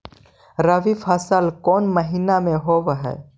रबी फसल कोन महिना में होब हई?